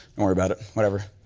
don't worry about it, whatever.